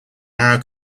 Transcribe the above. now